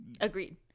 agreed